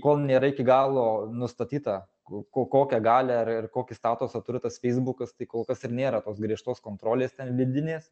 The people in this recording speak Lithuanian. kol nėra iki galo nustatyta ku ko kokią galią ir ir kokį statusą turi tas feisbukas tai kol kas ir nėra tos griežtos kontrolės ten vidinės